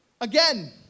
again